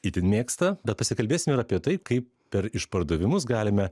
itin mėgsta bet pasikalbėsim ir apie tai kaip per išpardavimus galime